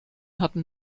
hatten